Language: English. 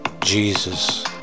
Jesus